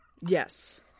Yes